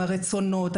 הרצונות,